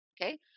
Okay